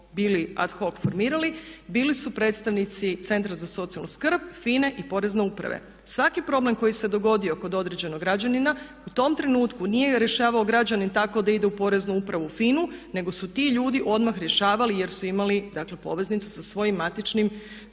bili su predstavnici centra za socijalnu skrb, FINE i porezne uprave. Svaki problem koji se dogodio kod određenog građanina u tom trenutku nije rješavao građanin tako da ide u poreznu upravu FINU nego su ti ljudi odmah rješavali jer su imali dakle poveznicu sa svojim matičnim